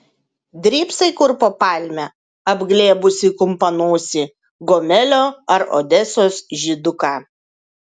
drybsai kur po palme apglėbusi kumpanosį gomelio ar odesos žyduką